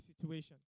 situation